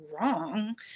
wrong